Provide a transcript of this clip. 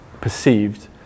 perceived